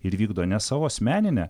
ir vykdo ne savo asmeninę